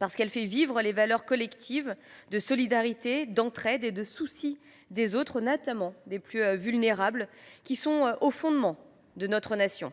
parce qu’elle fait vivre les valeurs collectives de solidarité, d’entraide et de souci des autres, notamment des plus vulnérables, qui sont au fondement même de notre nation.